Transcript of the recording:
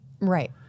Right